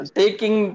taking